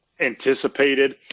anticipated